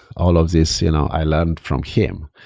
all of these you know i learned from him.